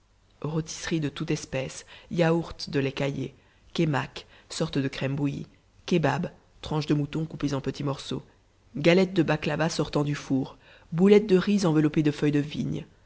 rôtisseries de toute espèce yaourth de lait caillé kaimak sorte de crème bouillie kebab tranches de mouton coupées en petits morceaux galettes de baklava sortant du four boulettes de riz enveloppées de feuilles de vigne